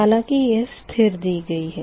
हालाँकि कि यह स्थिर दी गई है